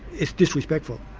it's disrespectful,